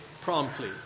promptly